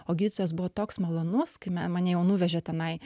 o gydytojas buvo toks malonus kai me mane jau nuvežė tenai